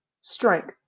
strength